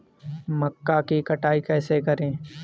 मक्का की कटाई कैसे करें?